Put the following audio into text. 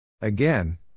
Again